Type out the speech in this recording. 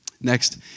next